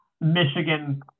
Michigan